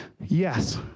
yes